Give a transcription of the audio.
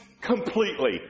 completely